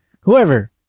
whoever